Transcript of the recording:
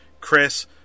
Chris